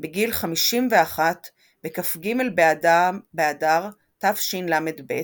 בגיל 51 בכ"ג באדר תשל"ב,